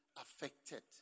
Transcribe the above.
affected